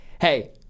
Hey